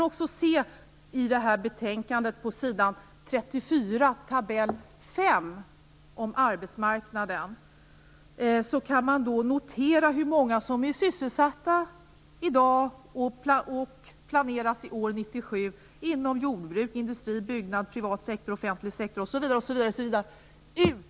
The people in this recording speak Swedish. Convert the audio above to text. I det här betänkandet på s. 34 tabell 5 om arbetsmarknaden kan man notera hur många som är sysselsatta i dag och hur många som planeras vara sysselsatta år 1997 inom jordbruk, industri, byggnadssektorn, privat sektor, offentlig sektor osv.